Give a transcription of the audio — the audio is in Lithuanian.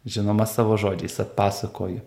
žinoma savo žodžiais atpasakoju